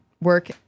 work